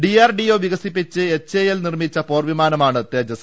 DRDO വികസിപ്പിച്ച് HAL നിർമിച്ച പോർവിമാന മാണ് തേജസ്